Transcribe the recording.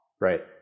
right